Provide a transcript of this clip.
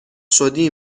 شدی